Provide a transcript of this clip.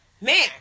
Man